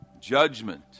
Judgment